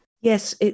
Yes